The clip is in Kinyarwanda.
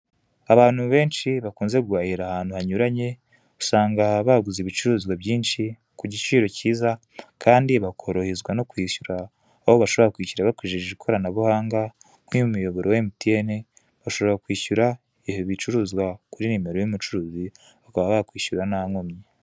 Abantu benshi bakunze guhahira ahantu hanyuranye, usanga baguze ibicuruzwa byinshi ku giciro cyiza kandi bakoroherezwa no kwishyura aho bashobora kwishyura bakoresheje ikoranabuhanga, nk'umuyoboro wa mtn bashobora kwishyura ibicuruzwa kuri nimero y'umucuruzi bakaba bakishyura nta nkomyi.